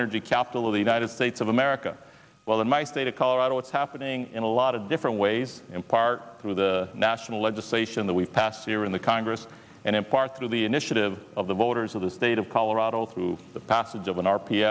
energy capital of the united states of america well in my state of colorado it's happening in a lot of different ways in part through the national legislation that we passed here in the congress and in part through the initiative of the voters of the state of colorado through the passage of an r p